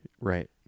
Right